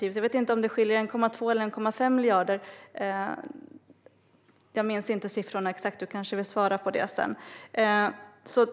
Jag vet inte om det skiljer 1,2 eller 1,5 miljarder kronor mellan våra budgetalternativ. Jag minns inte siffrorna exakt. Cecilia Magnusson kanske kan svara på det sedan. Det